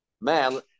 Man